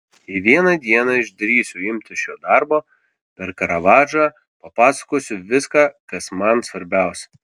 jei vieną dieną išdrįsiu imtis šio darbo per karavadžą papasakosiu viską kas man svarbiausia